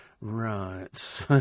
Right